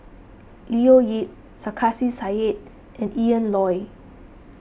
Leo Yip Sarkasi Said and Ian Loy